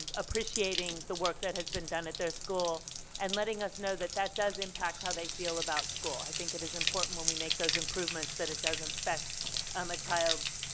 appreciating the work that has been done at their school and letting us know that that does impact how they feel about school. i think it is important when we make those improvements that it does affect um a child's